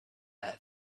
had